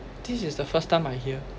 this is the first time I hear